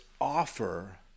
offer